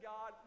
God